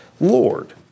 Lord